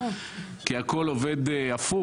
כי הכול עובד הפוך.